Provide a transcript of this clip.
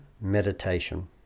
meditation